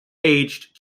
aged